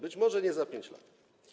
Być może nie za 5 lat.